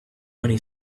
money